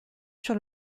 sur